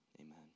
amen